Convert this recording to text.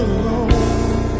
Alone